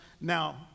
Now